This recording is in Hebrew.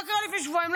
מה קרה לפני שבועיים?